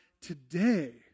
today